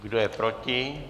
Kdo je proti?